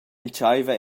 entscheiva